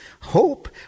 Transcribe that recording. hope